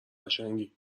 قشنگی